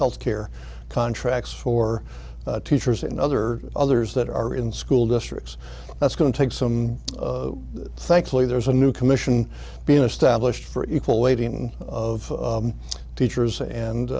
health care contracts for teachers and other others that are in school districts that's going to take some thankfully there's a new commission been established for equal weighting of teachers and